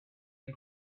and